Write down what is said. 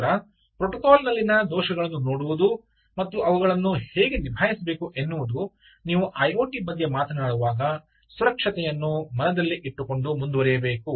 ನಂತರ ಪ್ರೋಟೋಕಾಲ್ ನಲ್ಲಿನ ದೋಷಗಳನ್ನು ನೋಡುವುದು ಮತ್ತು ಅವುಗಳನ್ನು ಹೇಗೆ ನಿಭಾಯಿಸಬೇಕು ಎನ್ನುವುದು ನೀವು ಐಒಟಿ ಬಗ್ಗೆ ಮಾತನಾಡುವಾಗ ಸುರಕ್ಷತೆಯನ್ನು ಮನದಲ್ಲಿ ಇಟ್ಟುಕೊಂಡು ಮುಂದುವರಿಯಬೇಕು